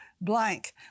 blank